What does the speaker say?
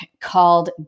called